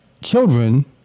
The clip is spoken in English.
children